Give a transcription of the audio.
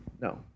No